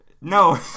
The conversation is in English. No